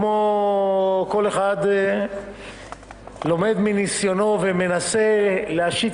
כמו כל אחד לומד מניסיונו ומנסה להשית